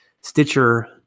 Stitcher